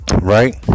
right